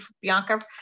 Bianca